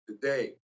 today